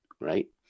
right